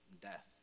death